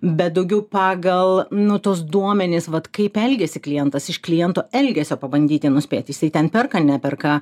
bet daugiau pagal nu tuos duomenis vat kaip elgiasi klientas iš kliento elgesio pabandyti nuspėti jisai ten perka neperka